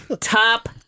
top